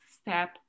step